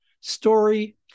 Story